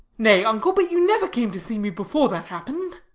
nay, uncle, but you never came to see me before that happened.